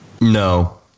No